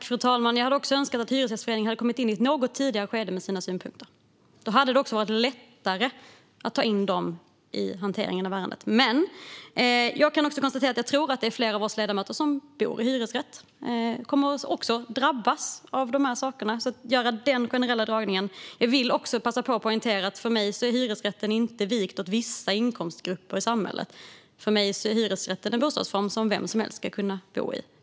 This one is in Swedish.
Fru talman! Jag hade önskat att Hyresgästföreningen hade kommit in i ett något tidigare skede med sina synpunkter. Då hade det också varit lättare att ta in dem i hanteringen av ärendet. Jag kan dock konstatera att jag tror att flera av oss ledamöter bor i hyresrätt och att också vi kommer att "drabbas" av de här sakerna. Jag vill även passa på att poängtera att hyresrätten för mig inte är vikt åt vissa inkomstgrupper i samhället; för mig är hyresrätten en bostadsform som vem som helst ska kunna bo i.